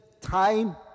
time